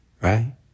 Right